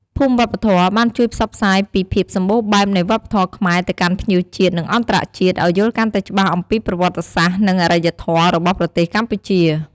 ភូមិវប្បធម៌បានជួយផ្សព្វផ្សាយពីភាពសម្បូរបែបនៃវប្បធម៌ខ្មែរទៅកាន់ភ្ញៀវជាតិ និងអន្តរជាតិ ឲ្យយល់កាន់តែច្បាស់អំពីប្រវត្តិសាស្ត្រ និងអរិយធម៌របស់ប្រទេសកម្ពុជា។